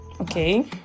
Okay